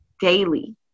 Daily